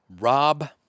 Rob